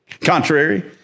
Contrary